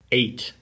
eight